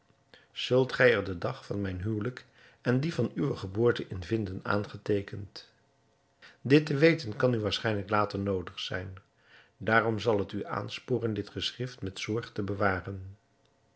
zult gij er den dag van mijn huwelijk en dien van uwe geboorte in vinden aangeteekend dit te weten kan u waarschijnlijk later noodig zijn daarom zal het u aansporen dit geschrift met zorg te bewaren